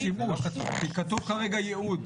כתוב כרגע ייעוד.